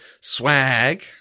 swag